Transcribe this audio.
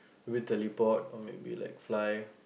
with teleport or maybe like fly